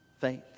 faith